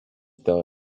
thought